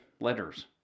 letters